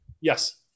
Yes